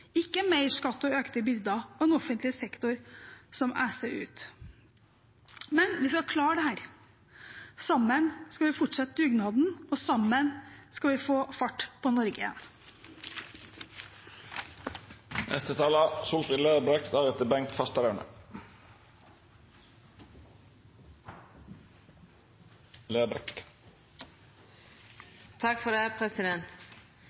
ikke mer skatt og økte byrder og en offentlig sektor som eser ut. Men vi skal klare dette. Sammen skal vi fortsette dugnaden, og sammen skal vi få fart på Norge